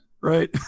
Right